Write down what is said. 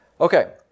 Okay